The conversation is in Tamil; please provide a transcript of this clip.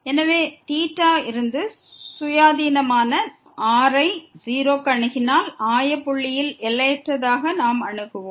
எனவே இருந்து சுயாதீனமான நாம் r ஐ 0 க்கு அணுகினால் ஆய புள்ளியில் எல்லையற்றதாக நாம் அணுகுவோம்